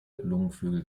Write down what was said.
lungenflügel